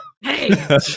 Hey